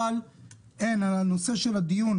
אבל על הנושא של הדיון,